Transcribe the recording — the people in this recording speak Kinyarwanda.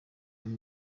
kuba